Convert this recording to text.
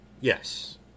yes